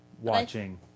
watching